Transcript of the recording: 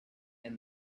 and